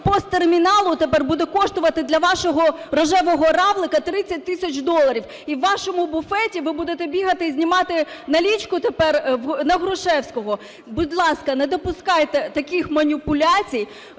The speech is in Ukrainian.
POS-терміналу тепер буде коштувати для вашого "рожевого равлика" 30 тисяч доларів, і в вашому буфеті ви будете бігати і знімати наличку тепер на Грушевського. Будь ласка, не допускайте таких маніпуляцій,